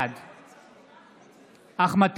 בעד אחמד